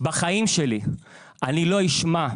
אני לא אשמע,